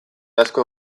asko